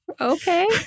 Okay